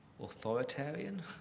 Authoritarian